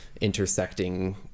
intersecting